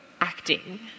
acting